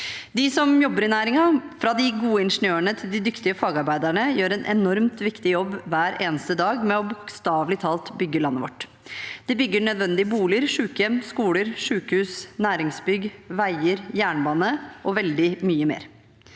De som jobber i næringen, fra de gode ingeniørene til de dyktige fagarbeiderne, gjør en enormt viktig jobb hver eneste dag med bokstavelig talt å bygge landet vårt. De bygger nødvendige boliger, sykehjem, skoler, sykehus, næringsbygg, veier, jernbane og veldig mye mer.